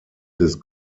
des